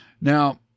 Now